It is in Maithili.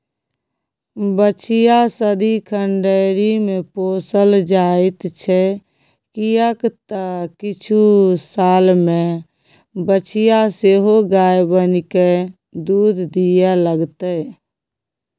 बछिया सदिखन डेयरीमे पोसल जाइत छै किएक तँ किछु सालमे बछिया सेहो गाय बनिकए दूध दिअ लागतै